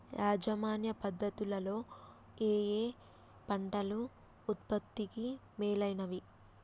యాజమాన్య పద్ధతు లలో ఏయే పంటలు ఉత్పత్తికి మేలైనవి?